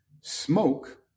Smoke